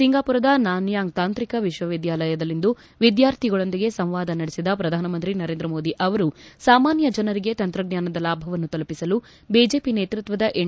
ಸಿಂಗಾಪುರದ Nanyang ತಾಂತ್ರಿಕ ವಿಶ್ವವಿದ್ನಾಲಯದಲ್ಲಿಂದು ವಿದ್ವಾರ್ಥಿಗಳೊಂದಿಗೆ ಸಂವಾದ ನಡೆಸಿದ ಪ್ರಧಾನಮಂತ್ರಿ ನರೇಂದ್ರ ಮೋದಿ ಅವರು ಸಾಮಾನ್ನ ಜನರಿಗೆ ತಂತ್ರಜ್ನಾನದ ಲಾಭವನ್ನು ತಲುಪಿಸಲು ಬಿಜೆಪಿ ನೇತೃತ್ವದ ಎನ್